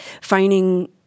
finding